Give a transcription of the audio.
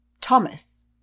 Thomas